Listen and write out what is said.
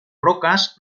rocas